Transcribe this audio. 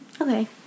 okay